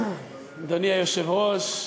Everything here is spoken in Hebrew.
אדוני היושב-ראש,